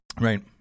Right